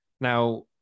now